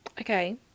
Okay